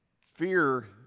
Fear